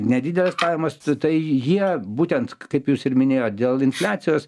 nedidelės pajamos tai jie būtent kaip jūs ir minėjot dėl infliacijos